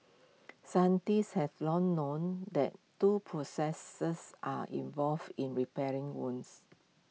scientists have long known that two processes are involved in repairing wounds